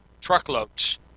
truckloads